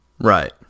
Right